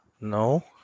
No